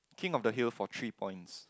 king of the hill for three points